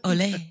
Ole